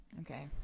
okay